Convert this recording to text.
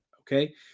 okay